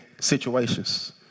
situations